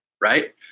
Right